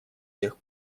тех